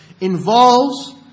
involves